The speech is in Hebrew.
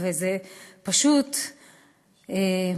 אני